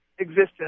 Existence